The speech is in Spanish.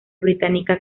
británica